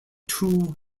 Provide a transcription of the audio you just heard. two